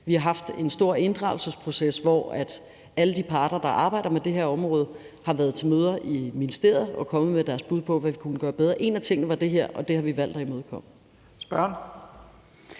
Vi har haft en stor inddragelsesproces, hvor alle de parter, der arbejder med det her område, har været til møder i ministeriet og er kommet med deres bud på, hvad vi kunne gøre bedre. En af tingene var det her, og det har vi valgt at imødekomme.